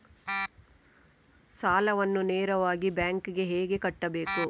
ಸಾಲವನ್ನು ನೇರವಾಗಿ ಬ್ಯಾಂಕ್ ಗೆ ಹೇಗೆ ಕಟ್ಟಬೇಕು?